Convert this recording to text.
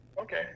Okay